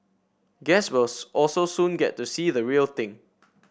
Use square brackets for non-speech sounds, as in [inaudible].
guests will [unintelligible] also soon get to see the real thing